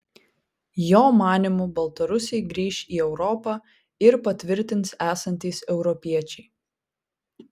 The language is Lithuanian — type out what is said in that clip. jo manymu baltarusiai grįš į europą ir patvirtins esantys europiečiai